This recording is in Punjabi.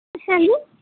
ਅੱਛਿਆ ਜੀ